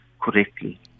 correctly